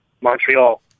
Montreal